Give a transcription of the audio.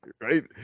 right